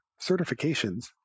certifications